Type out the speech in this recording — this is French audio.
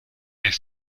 est